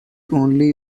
only